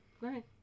Right